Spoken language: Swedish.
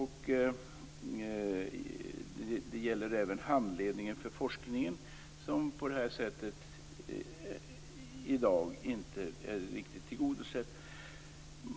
Det gäller även handledningen för forskningen, som på motsvarande sätt i dag inte är riktigt tillgodosedd.